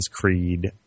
Creed